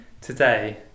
today